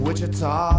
Wichita